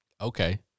okay